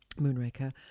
Moonraker